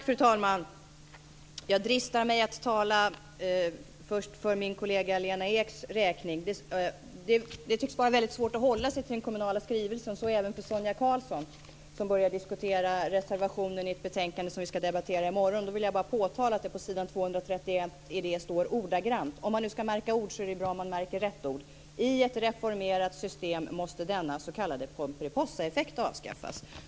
Fru talman! Jag dristar mig att tala för min kollega Det tycks vara svårt att hålla sig till skrivelsen om den kommunala sektorn även för Sonia Karlsson eftersom hon börjar diskutera en reservation i ett betänkande som vi ska debattera i morgon. På s. 231 i det betänkandet står det - om man ska märka ord är det bra att märka rätt ord - att i ett reformerat system måste denna s.k. pomperipossaeffekt avskaffas.